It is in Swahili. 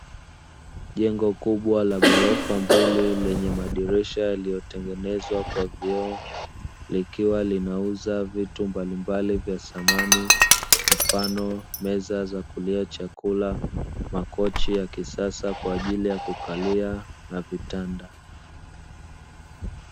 Jengo kubwa la ghorofa mbele lenye madirisha yaliyotengenezwa kwa vioo; likiwa linauza vitu mbalimbali vya samani mfano meza za kulia chakula, makochi ya kisasa kwa ajili ya kukalia na vitanda.